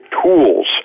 tools